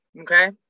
Okay